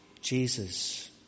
Jesus